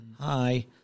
Hi